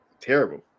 terrible